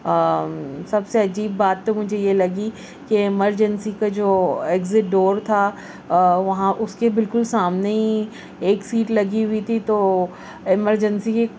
سب سے عجیب بات تو مجھے یہ لگی کہ ایمرجنسی کا جو ایکزٹ ڈور تھا وہاں اس کے بالکل سامنے ہی ایک سیٹ لگی ہوئی تھی تو ایمرجنسی